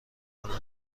کنم